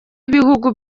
ibihugu